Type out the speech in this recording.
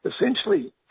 Essentially